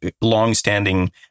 longstanding